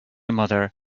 mother